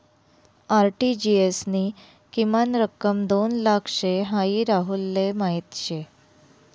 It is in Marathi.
आर.टी.जी.एस नी किमान रक्कम दोन लाख शे हाई राहुलले माहीत शे